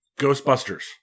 Ghostbusters